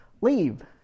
leave